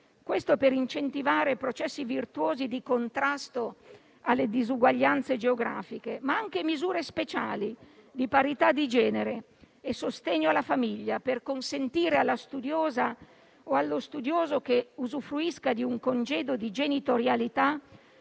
Questo per incentivare i processi virtuosi di contrasto alle disuguaglianze geografiche, ma anche misure speciali di parità di genere e sostegno alla famiglia per consentire alla studiosa o allo studioso, che usufruisca di un congedo di genitorialità,